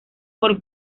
por